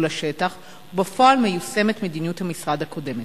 לשטח ובפועל מיושמת מדיניות המשרד הקודמת.